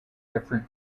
different